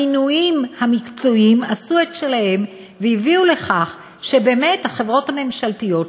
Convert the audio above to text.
המינויים המקצועיים עשו את שלהם והביאו לכך שבאמת החברות הממשלתיות,